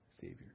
Savior